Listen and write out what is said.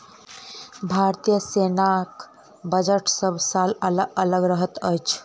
भारतीय सेनाक बजट सभ साल अलग अलग रहैत अछि